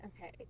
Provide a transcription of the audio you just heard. okay